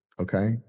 okay